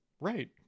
right